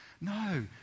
No